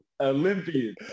olympian